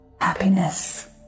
Happiness